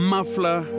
Muffler